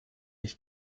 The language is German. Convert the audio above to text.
ich